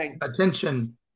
attention